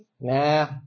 Nah